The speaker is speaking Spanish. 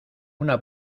una